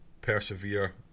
persevere